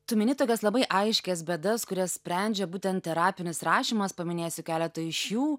tu mini tokias labai aiškias bėdas kurias sprendžia būtent terapinis rašymas paminėsiu keletą iš jų